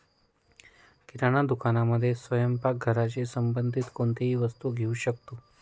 किराणा दुकानामध्ये स्वयंपाक घराशी संबंधित कोणतीही वस्तू घेऊ शकतो